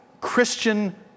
Christian